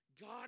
God